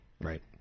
Right